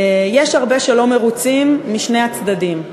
יש הרבה שלא מרוצים, משני הצדדים.